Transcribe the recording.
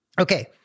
Okay